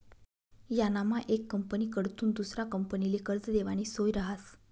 यानामा येक कंपनीकडथून दुसरा कंपनीले कर्ज देवानी सोय रहास